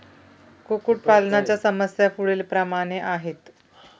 कुक्कुटपालनाच्या समस्या पुढीलप्रमाणे आहेत